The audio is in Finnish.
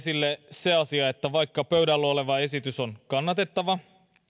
se asia että vaikka pöydällä oleva esitys on kannatettava